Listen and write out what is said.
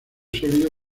sólido